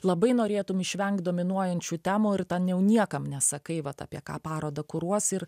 labai norėtum išvengti dominuojančių temų ir ten jau niekam nesakai vat apie ką parodą kuruos ir